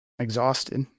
exhausted